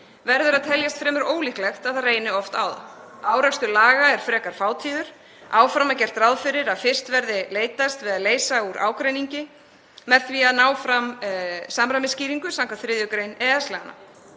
verður að teljast fremur ólíklegt að það reyni oft á það. Árekstur laga er frekar fátíður. Áfram er gert ráð fyrir að fyrst verði leitast við að leysa úr ágreiningi með því að ná fram samræmisskýringu samkvæmt 3. gr. EES-laganna.